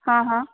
ହଁ ହଁ